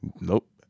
Nope